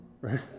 right